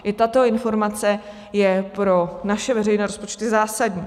I tato informace je pro naše veřejné rozpočty zásadní.